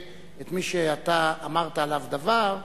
את מי שאתה אמרת עליו דבר בפיצויים,